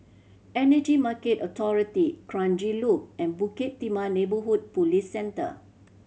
Energy Market Authority Kranji Loop and Bukit Timah Neighbourhood Police Centre